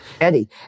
Eddie